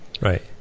right